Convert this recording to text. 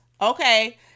Okay